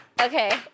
Okay